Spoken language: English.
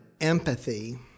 empathy